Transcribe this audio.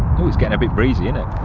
oooooh it's getting a bit breezy isn't it?